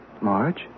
Marge